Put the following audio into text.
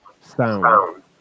sound